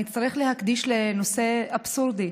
אני אצטרך להקדיש לנושא אבסורדי: